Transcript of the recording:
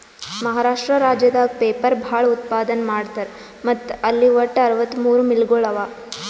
ಮಹಾರಾಷ್ಟ್ರ ರಾಜ್ಯದಾಗ್ ಪೇಪರ್ ಭಾಳ್ ಉತ್ಪಾದನ್ ಮಾಡ್ತರ್ ಮತ್ತ್ ಅಲ್ಲಿ ವಟ್ಟ್ ಅರವತ್ತಮೂರ್ ಮಿಲ್ಗೊಳ್ ಅವಾ